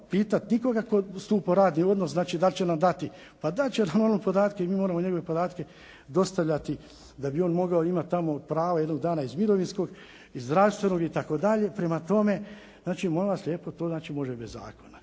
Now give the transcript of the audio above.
pitati nikoga tko stupa u radni odnos da li će nam dati. Pa dat će nam on podatke i mi moramo njegove podatke dostavljati da bi on mogao imati tamo prava jednog dana iz mirovinskog, zdravstvenog itd. Prema tome, molim vas lijepo to može bez zakona.